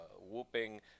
whooping